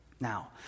Now